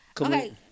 Okay